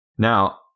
Now